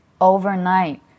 overnight